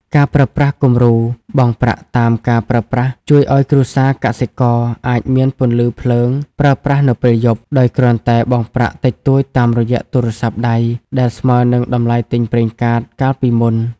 ការប្រើប្រាស់គំរូ "បង់ប្រាក់តាមការប្រើប្រាស់" ជួយឱ្យគ្រួសារកសិករអាចមានពន្លឺភ្លើងប្រើប្រាស់នៅពេលយប់ ដោយគ្រាន់តែបង់ប្រាក់តិចតួចតាមរយៈទូរស័ព្ទដៃ ដែលស្មើនឹងតម្លៃទិញប្រេងកាតកាលពីមុន។